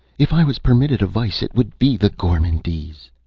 if i was permitted a vice it would be the gourmandise!